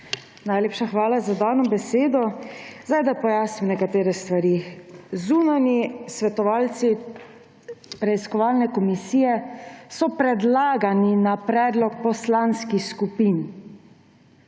Najlepša hvala za dano besedo. Da pojasnim nekatere stvari. Zunanji svetovalci preiskovalne komisije so predlagani na predlog poslanskih skupin.